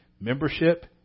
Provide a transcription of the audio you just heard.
membership